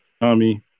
Tommy